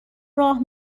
راه